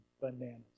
bananas